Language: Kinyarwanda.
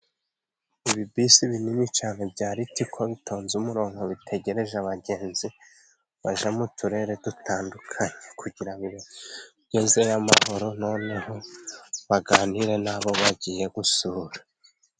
Ibisi binini cyane bya Ritiko bitonze umurongo, bitegereje abagenzi bajya mu turere dutandukanye kugira bibagezeyo amahoro noneho baganire nabo bagiye gusura.